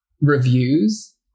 reviews